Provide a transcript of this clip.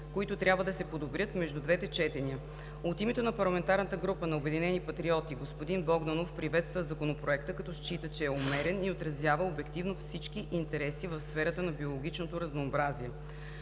които трябва да се подобрят между двете четения. От името на парламентарната група на „Обединени патриоти“ господин Богданов приветства Законопроекта, като счита, че е умерен и отразява обективно всички интереси в сферата на биологичното разнообразие.